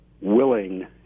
willing